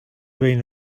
been